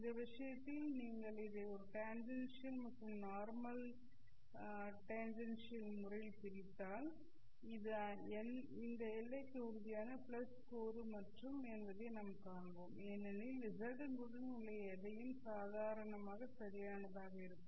இந்த விஷயத்தில் நீங்கள் இதை ஒரு டேன்ஜென்ஷியல் மற்றும் நார்மல் டேன்ஜென்ஷியல் முறையில் பிரித்தால் இது இந்த எல்லைக்கு உறுதியான x கூறு மட்டுமே என்பதை நாம் காண்போம் ஏனென்றால் z உடன் உள்ள எதையும் சாதாரணமாக சரியானதாக இருக்கும்